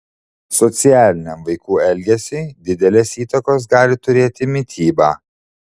socialiniam vaikų elgesiui didelės įtakos gali turėti mityba